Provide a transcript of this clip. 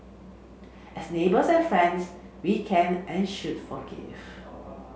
as neighbours and friends we can and should forgive